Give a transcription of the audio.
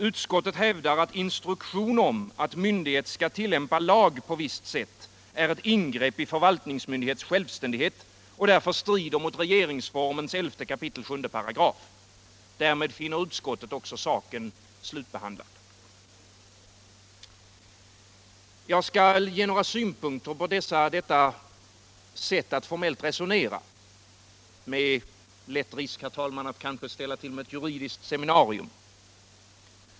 Utskottet hävdar att instruktion om att myndighet skall tillämpa lag på visst sätt är ett ingrepp i förvaltningsmyndighets självständighet och därför strider mot regeringsformens 11 kap. 7§8. Därmed finner utskottet saken slutbehandlad. Jag skall ge några synpunkter på detta sätt att formellt resonera. Med lätt risk, herr talman, att kanske ställa till med ett juridiskt seminarium.